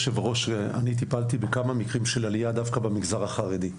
אני טיפלתי בכמה מקרים של עלייה דווקא במגזר החרדי.